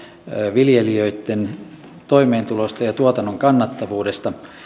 viljelijöitten toimeentulosta ja tuotannon kannattavuudesta